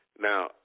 now